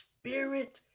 spirit